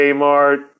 Kmart